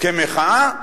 כמחאה,